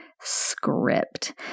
script